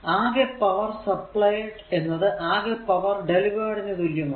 അകെ power supplied എന്നത് അകെ പവർ ഡെലിവെർഡ് നു തുല്യമാണ്